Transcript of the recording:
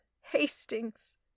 Hastings